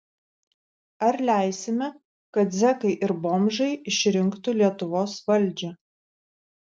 ar leisime kad zekai ir bomžai išrinktų lietuvos valdžią